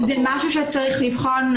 זה משהו צריך לבחון.